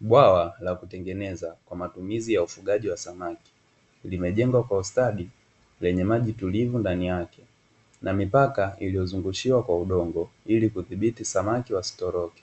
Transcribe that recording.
Bwawa la kutengeneza kwa matumizi ya ufugaji wa samaki, limejengwa kwa ustadi lenye maji tulivu ndani yake na mipaka iliyozungushiwa kwa udongo ilikudhibiti samaki wasitoroke,